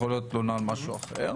יכול להיות תלונה על משהו אחר,